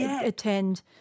attend